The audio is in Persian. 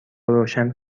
روشن